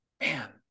man